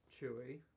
chewy